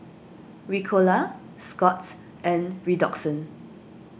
Ricola Scott's and Redoxon